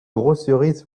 groceries